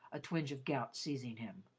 a twinge of gout seizing him.